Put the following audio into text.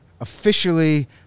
officially